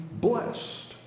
blessed